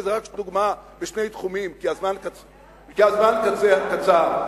וזה רק דוגמה משני תחומים כי הזמן קצר,